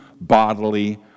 bodily